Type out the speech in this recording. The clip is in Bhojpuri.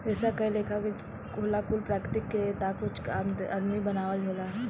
रेसा कए लेखा के होला कुछ प्राकृतिक के ता कुछ आदमी के बनावल होला